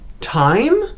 time